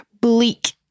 bleak